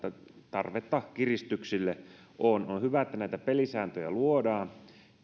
tarvetta kiristyksille on on hyvä että näitä pelisääntöjä luodaan